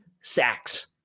sacks